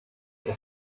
uko